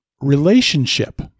relationship